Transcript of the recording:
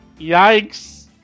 Yikes